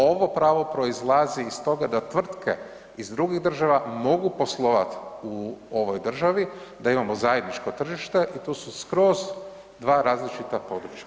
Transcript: Ovo pravo proizlazi iz toga da tvrtke iz drugih država mogu poslovat u ovoj državi da imamo zajedničko tržište i tu su skroz dva različita područja.